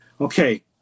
Okay